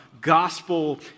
gospel